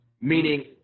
meaning